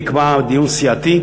נקבע כדיון סיעתי.